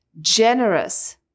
generous